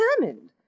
determined